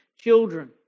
children